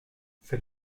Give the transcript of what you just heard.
c’est